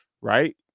Right